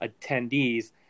attendees